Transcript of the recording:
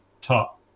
top